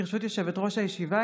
ברשות יושבת-ראש הישיבה,